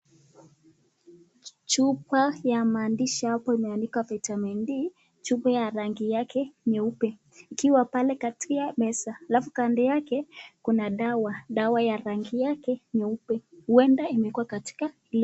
Chupa ya maandishi hapo imeandikwa vitamin D , chupa ya rangi yake nyeupe, ikiwa pale katikati ya meza, alafu kando yake kuna dawa, dawa ya rangi yake nyeupe, huenda imekuwa katika.